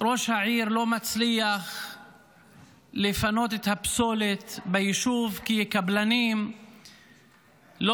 ראש העיר לא מצליח לפנות את הפסולת ביישוב כי קבלנים לא